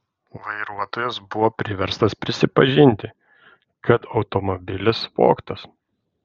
vairuotojas buvo priverstas prisipažinti kad automobilis vogtas